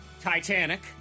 Titanic